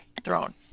throne